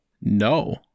No